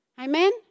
Amen